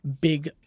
big